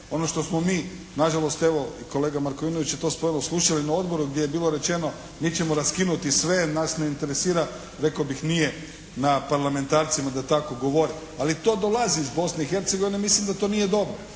Ono što smo mi, na žalost evo i kolega Markovinović je to spomenuo, slušali na odboru gdje je bilo rečeno mi ćemo raskinuti sve, nas ne interesira rekao bih nije na parlamentarcima da tako govore, ali to dolazi iz Bosne i Hercegovine, mislim da to nama nije dobro.